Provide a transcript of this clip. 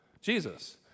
Jesus